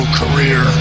career